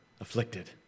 afflicted